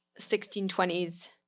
1620s